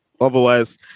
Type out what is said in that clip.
Otherwise